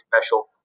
special